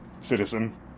citizen